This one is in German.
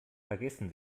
vergessen